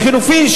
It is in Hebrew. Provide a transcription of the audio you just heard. לחלופין,